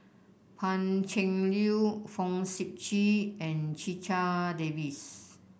Pan Cheng Lui Fong Sip Chee and Checha Davies